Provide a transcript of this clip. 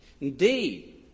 Indeed